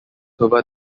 over